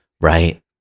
right